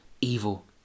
evil